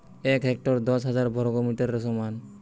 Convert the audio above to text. এক হেক্টর দশ হাজার বর্গমিটারের সমান